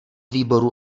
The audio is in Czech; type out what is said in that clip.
výborů